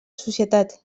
societat